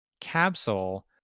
Capsule